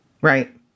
Right